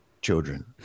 children